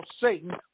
Satan